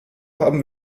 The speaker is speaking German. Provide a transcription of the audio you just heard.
haben